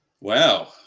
Wow